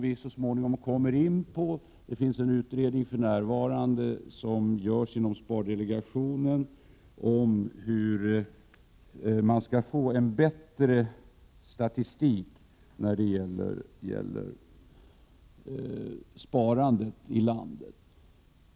En utredning inom spardelegationen arbetar för närvarande med frågan om hur man skall få en bättre statistik när det gäller sparandet i landet.